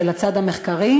של הצד המחקרי.